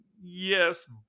yes